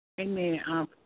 Amen